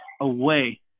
away